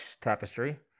tapestry